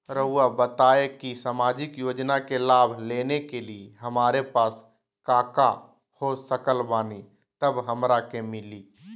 रहुआ बताएं कि सामाजिक योजना के लाभ लेने के लिए हमारे पास काका हो सकल बानी तब हमरा के मिली?